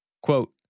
Quote